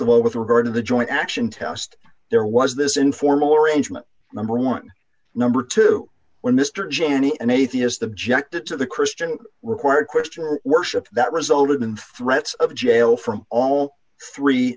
of all with a heard of the joint action test there was this informal arrangement number one number two when mr janney an atheist objected to the christian required question worship that resulted in threats of jail from all three